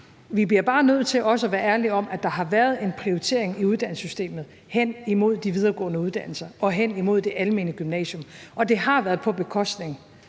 vi bliver også bare nødt til at være ærlige om, at der har været en prioritering i uddannelsessystemet hen imod de videregående uddannelser og hen imod det almene gymnasium, og at det har været på bekostning